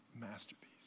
masterpiece